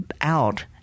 out